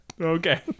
Okay